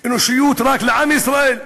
אנושיות רק לעם ישראל,